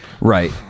Right